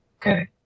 Okay